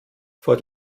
vor